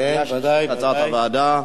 בקריאה שלישית כהצעת הוועדה?